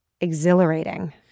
exhilarating